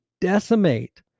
decimate